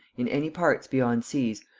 in any parts beyond seas,